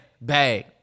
bag